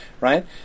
right